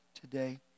today